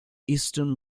eastern